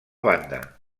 banda